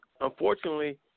Unfortunately